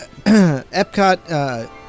Epcot